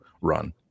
run